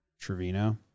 Trevino